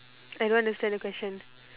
I don't understand the question